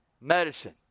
Medicine